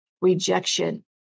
rejection